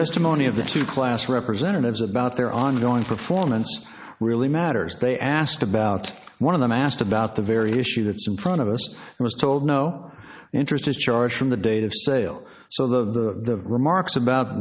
testimony of the two class representatives about their ongoing performance really matters they asked about one of them asked about the very issue that's in front of us and was told no interest is charged from the date of sale so the remarks about